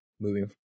moving